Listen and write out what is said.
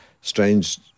strange